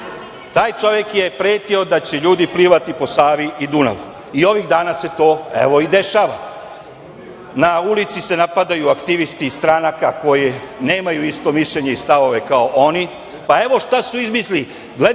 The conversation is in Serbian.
na ulicama, pretio je da će ljudi plivati po Savi i Dunavu. Ovih dana se to i dešava, na ulici se napadaju aktivisti stranaka koje nemaju isto mišljenje i stavovi kao oni. Evo šta su izmislili,